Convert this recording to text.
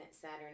saturn